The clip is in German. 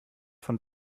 von